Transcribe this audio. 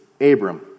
Abram